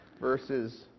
verses